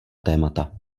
témata